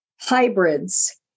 Hybrids